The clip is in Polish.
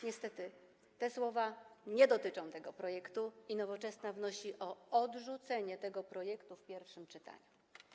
Niestety te słowa nie dotyczą tego projektu i Nowoczesna wnosi o odrzucenie go w pierwszym czytaniu.